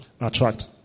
Attract